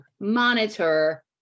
monitor